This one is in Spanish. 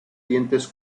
dientes